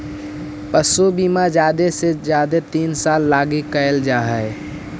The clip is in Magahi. पशु बीमा जादे से जादे तीन साल लागी कयल जा हई